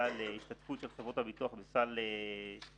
להשתתפות של חברות הביטוח בסל הבריאות.